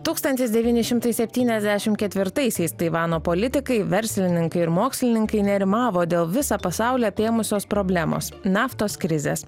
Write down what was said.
tūkstantis devyni šimtai septyniasdešimt ketvirtaisiais taivano politikai verslininkai ir mokslininkai nerimavo dėl visą pasaulį apėmusios problemos naftos krizės